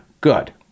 good